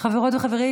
חברות וחברים,